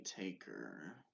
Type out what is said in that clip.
taker